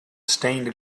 stained